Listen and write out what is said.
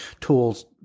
tools